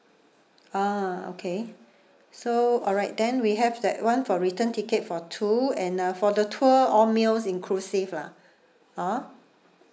ah okay so alright then we have that one for return ticket for two and uh for the tour all meals inclusive lah ah